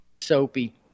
Soapy